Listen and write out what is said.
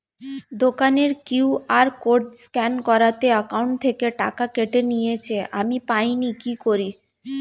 দোকানের QR code scan করাতে account থেকে টাকা কেটে নিয়েছে, আমি পাইনি কি করি?